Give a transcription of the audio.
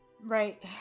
Right